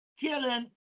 killing